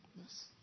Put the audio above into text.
Yes